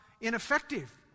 ineffective